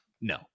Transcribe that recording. no